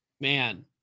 man